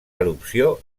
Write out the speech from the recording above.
erupció